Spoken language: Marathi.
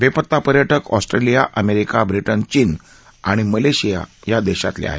बेपता पर्य क ऑस्ट्रेलिया अमेरिका ब्रि न चीन आणि मलेशिया या देशातले आहेत